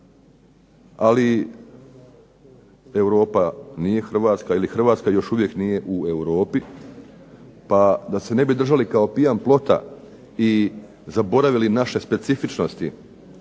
ali Europa nije Hrvatska ili Hrvatska još uvijek nije u Europi. Pa da se ne bi držali kao pijan plota i zaboravili naše specifičnosti